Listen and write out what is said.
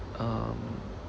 um